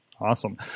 Awesome